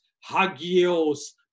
hagios